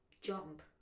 Jump